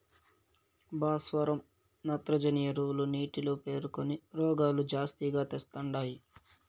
భాస్వరం నత్రజని ఎరువులు నీటిలో పేరుకొని రోగాలు జాస్తిగా తెస్తండాయి